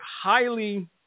highly